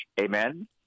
Amen